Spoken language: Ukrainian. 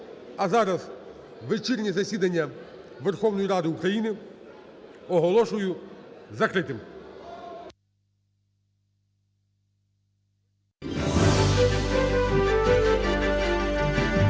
А зараз вечірнє засідання Верховної Ради України оголошую закритим.